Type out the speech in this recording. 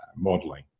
modeling